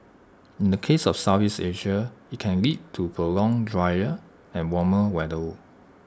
in the case of Southeast Asia IT can lead to prolonged drier and warmer weather